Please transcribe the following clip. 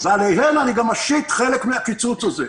ועליהן אני גם משית חלק מן הקיצוץ הזה.